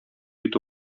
итү